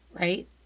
right